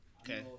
Okay